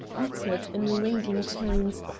uttered in ringing tones,